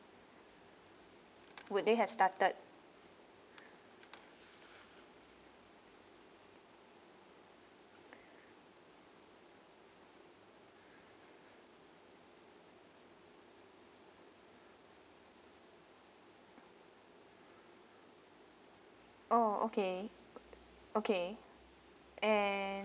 would there have started oh okay okay and